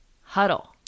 huddle